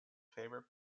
favourite